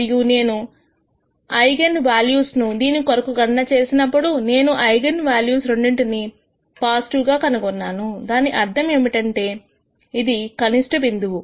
మరియు నేను eigen values ను దీనికొరకు గణన చేసినప్పుడు నేను ఐగన్ వాల్యూస్ రెండింటిని పాజిటివ్ గా కనుగొన్నాను దాని అర్థం ఏమిటంటే ఇది కనిష్ట బిందువు